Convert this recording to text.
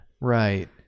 right